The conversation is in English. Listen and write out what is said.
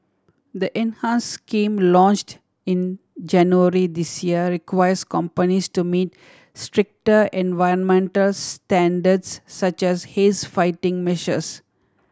the enhance scheme launched in January this year requires companies to meet stricter environmental standards such as haze fighting measures